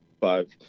five